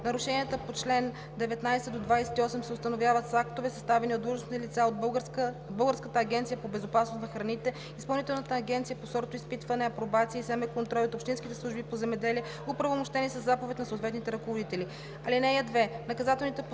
Нарушенията по чл. 19 – 28 се установяват с актове, съставени от длъжностни лица от Българската агенция по безопасност на храните, Изпълнителната агенция по сортоизпитване, апробация и семеконтрол и от общинските служби по земеделие, оправомощени със заповед на съответните ръководители.